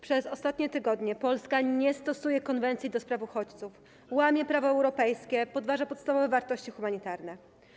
Przez ostatnie tygodnie Polska nie stosuje Konwencji dotyczącej statusu uchodźców, łamie prawo europejskie, podważa podstawowe wartości humanitarne.